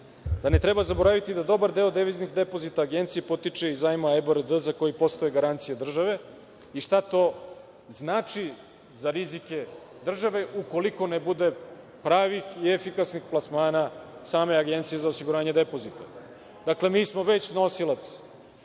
da ne treba zaboraviti da dobar deo deviznih depozita Agenciji potiče iz zajma IBRD za koji postoje garancije države i šta to znači za rizike države ukoliko ne bude pravih i efikasnih plasmana same Agencije za osiguranje depozita? Dakle, mi smo već nosilac,